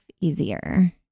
easier